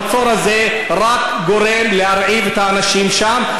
המצור הזה רק גורם להרעיב את האנשים שם,